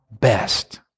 best